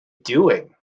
doing